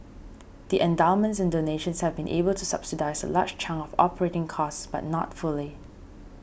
the endowments and donations have been able to subsidise a large chunk of operating costs but not fully